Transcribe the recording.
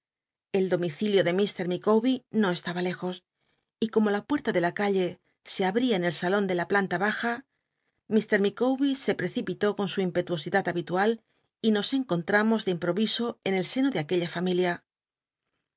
el domicilio de lllr llic awber no estaba lejos y como la puerta de la calle se alwia en el salon de la planlrt baja ilr liicawber sc precipitó con su impetuosidad habitual y nos encontramos de imp r oy iso en el seno de aquella fami